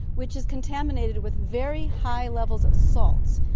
which is contaminated with very high levels of salt,